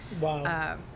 Wow